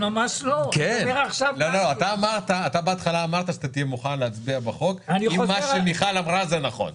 אתה בהתחלה אמרת שתהיה מוכן להצביע בעד החוק אם מה שאמרה מיכל זה נכון.